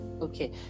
okay